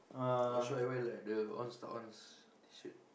or should I wear like the on Star ones